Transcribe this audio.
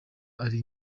ari